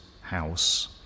house